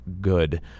good